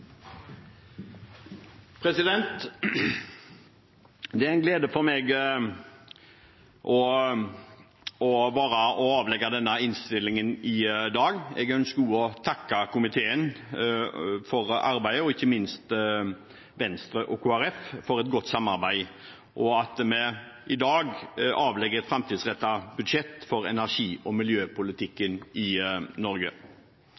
denne innstillingen i dag. Jeg ønsker også å takke komiteen for arbeidet – ikke minst Venstre og Kristelig Folkeparti for et godt samarbeid – og for at vi i dag kan legge fram et framtidsrettet budsjett for energi- og miljøpolitikken i Norge.